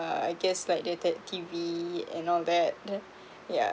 uh I guess like the te~ T_V and all that the yeah